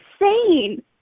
insane